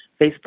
Facebook